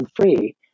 free